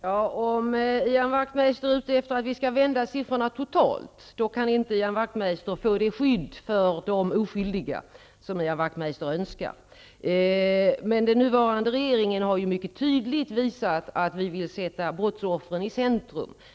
Herr talman! Om Ian Wachtmeister är ute efter att vi skall vända på siffrorna totalt, kan han inte få det skydd för de oskyldiga som han önskar. Vi i den nuvarande regeringen har mycket tydligt visat att vi vill sätta brottsoffren i centrum.